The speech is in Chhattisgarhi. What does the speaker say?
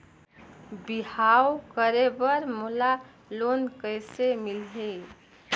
बिहाव करे बर मोला लोन कइसे मिलही?